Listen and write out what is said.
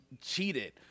cheated